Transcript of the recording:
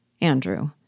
Andrew